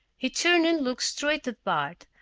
he turned and looked straight at bart,